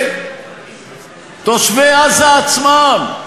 בתושבי עזה עצמם,